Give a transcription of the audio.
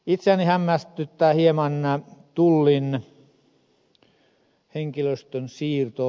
itseäni hämmästyttää hieman tullin henkilöstön siirto